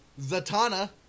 Zatanna